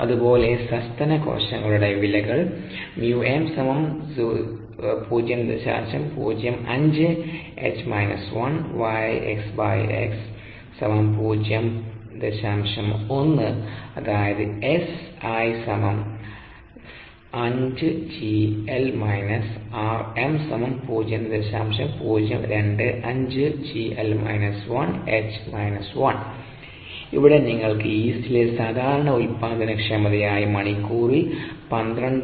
m അതുപോലെ സസ്തന കോശങ്ങളുടെവിലകൾ അതായത് ഇവിടെ നിങ്ങൾക്ക് യീസ്റ്റിലെ സാധാരണ ഉൽപാദനക്ഷമതയായി മണിക്കൂറിൽ 12